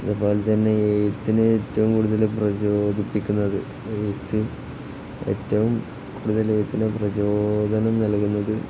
അതുപോലെ തന്നെ എഴുത്തിനെ ഏറ്റവും കൂടുതല് പ്രചോദിപ്പിക്കുന്നത് എഴുത്ത് ഏറ്റവും കൂടുതൽ എഴുത്തിന് പ്രചോദനം നൽകുന്നത്